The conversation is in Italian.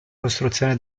costruzione